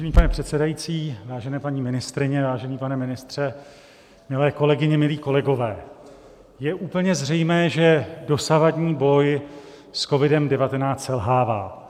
Vážený pane předsedající, vážené paní ministryně, vážený pane ministře, milé kolegyně, milí kolegové, je úplně zřejmé, že dosavadní boj s COVID19 selhává.